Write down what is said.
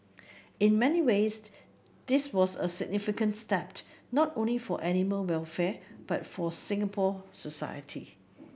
in many ways this was a significant step not only for animal welfare but for Singapore society